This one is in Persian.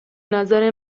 نظر